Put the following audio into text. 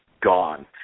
gone